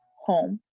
home